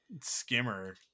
skimmer